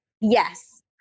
Yes